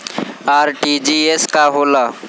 RTGS का होला?